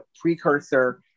precursor